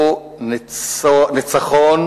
הוא ניצחון